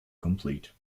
complete